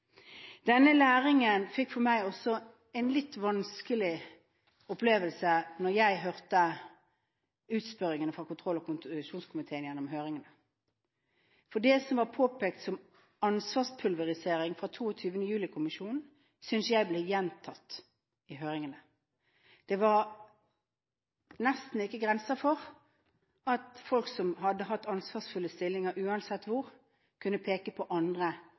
Denne lærdommen ble for meg også litt vanskelig da jeg hørte utspørringen fra kontroll- og konstitusjonskomiteen i høringene, for det som var påpekt som ansvarspulverisering fra 22. juli-kommisjonen, synes jeg ble gjentatt i høringene. Det var nesten ikke grenser for at folk som hadde hatt ansvarsfulle stillinger – uansett hvor – kunne peke på at andre